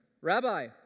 Rabbi